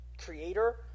creator